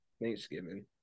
Thanksgiving